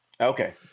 Okay